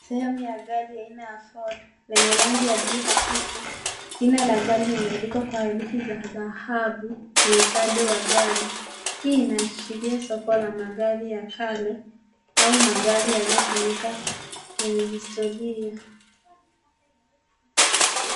Sehemu ya gari aina ya Ford, lenye rangi ya bluu hafifu. Jina la gari limeandikwa kwa herufi za dhahabu kwenye upande wa gari, hii inaashiria soko la magari ya kale au magari yaliyotumika, yenye historia.